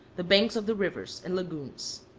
the banks of the rivers and lagunes.